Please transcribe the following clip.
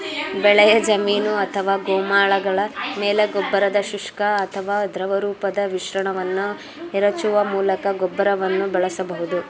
ಬೆಳೆಯ ಜಮೀನು ಅಥವಾ ಗೋಮಾಳಗಳ ಮೇಲೆ ಗೊಬ್ಬರದ ಶುಷ್ಕ ಅಥವಾ ದ್ರವರೂಪದ ಮಿಶ್ರಣವನ್ನು ಎರಚುವ ಮೂಲಕ ಗೊಬ್ಬರವನ್ನು ಬಳಸಬಹುದು